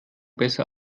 besser